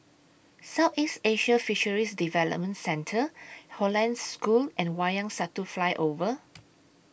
Southeast Asian Fisheries Development Centre Hollandse School and Wayang Satu Flyover